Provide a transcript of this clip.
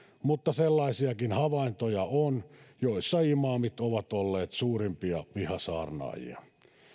mutta sellaisiakin havaintoja on joissa imaamit ovat olleet suurimpia vihasaarnaajia